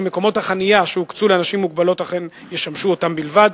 מקומות החנייה שהוקצו לאנשים עם מוגבלות אכן ישמשו אותם בלבד,